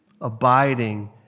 abiding